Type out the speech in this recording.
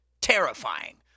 terrifying